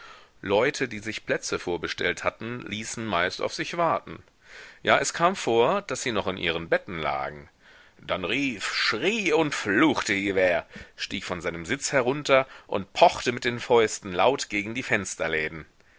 leute die sich plätze vorbestellt hatten ließen meist auf sich warten ja es kam vor daß sie noch in ihren betten lagen dann rief schrie und fluchte hivert stieg von seinem sitz herunter und pochte mit den fäusten laut gegen die